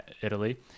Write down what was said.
Italy